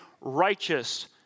righteous